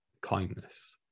kindness